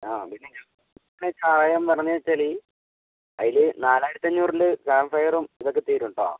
ആ പിന്നെ ഞാൻ കാര്യം പറഞ്ഞിട്ട് ഇനി അതിൽ നാലായിരത്തി അഞ്ഞൂറിൽ ക്യാം ഫയറും ഇതൊക്കെ തരും കേട്ടോ